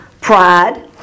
pride